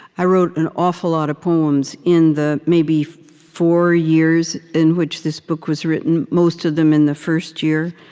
i wrote an awful lot of poems in the, maybe, four years in which this book was written, most of them in the first year.